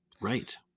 Right